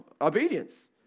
obedience